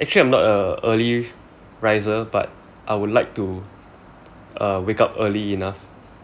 actually I'm not a early riser but I would like to uh wake up early enough